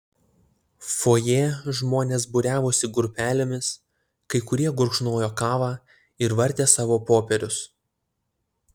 fojė žmonės būriavosi grupelėmis kai kurie gurkšnojo kavą ir vartė savo popierius